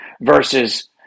versus